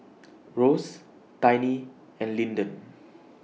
Ross Tiny and Linden